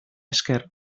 esker